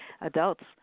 adults